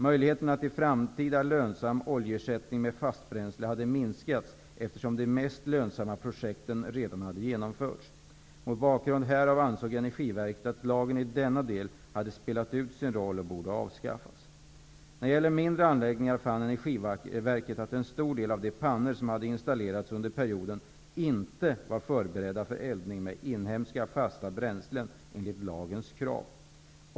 Möjligheterna till en framtida lönsam oljeersättning med fastbränsle hade minskats, eftersom de mest lönsamma projekten redan hade genomförts. Mot bakgrund härav ansåg Energiverket att lagen i denna del hade spelat ut sin roll och borde avskaffas. När det gäller mindre anläggningar fann Energiverket att en stor del av de pannor som hade installerats under perioden inte var förberedda för eldning med inhemska fasta bränslen enligt lagens krav.